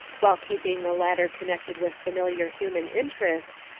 while keeping the latter connected with familiar human interests,